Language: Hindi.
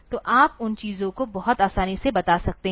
तो आप उन चीजों को बहुत आसानी से बता सकते हैं